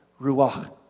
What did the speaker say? ruach